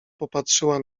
popatrzyła